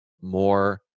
more